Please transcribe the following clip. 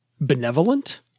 benevolent